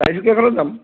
চাৰিচকীয়া খনত যাম